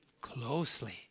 closely